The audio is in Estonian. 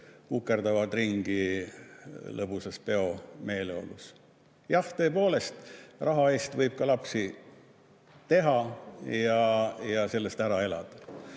ukerdavad ringi lõbusas peomeeleolus. Jah, tõepoolest, raha eest võib ka lapsi teha ja sellest ära elada.